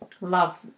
Love